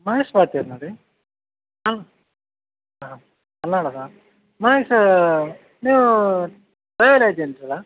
ಮಹೇಶ್ ಪಾರ್ತೆರ್ನರೇ ಹಾಂ ಹಾಂ ಕನ್ನಡ ಅಲ್ಲಾ ಮಹೇಶ ನೀವು ಡ್ರೈವರ್ ಏಜೆನ್ಸಿ ಅಲ್ಲಾ